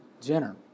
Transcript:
Jenner